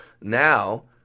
now